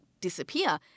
disappear